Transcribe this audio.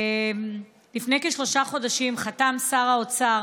לפני כשלושה חודשים חתם שר האוצר